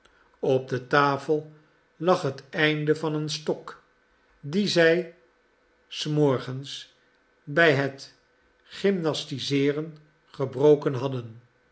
op de tafel lag het einde van een stok dien zij s morgens bij het gymnastiseeren gebroken hadden